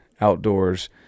Outdoors